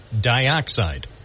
dioxide